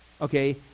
okay